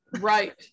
Right